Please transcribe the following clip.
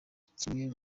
kimwe